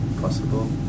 possible